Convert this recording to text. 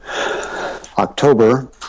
October